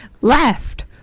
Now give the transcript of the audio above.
left